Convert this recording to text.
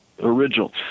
original